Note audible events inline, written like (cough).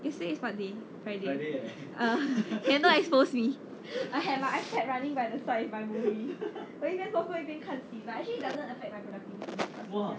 yesterday is what day friday uh (laughs) can don't expose me I have my ipad running by the side with my movie 我一边做工一边看戏 but actually doesn't affect my productivity